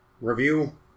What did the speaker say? review